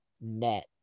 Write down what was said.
net